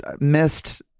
missed